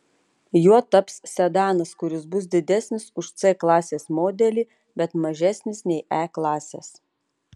juo taps sedanas kuris bus didesnis už c klasės modelį bet mažesnis nei e klasės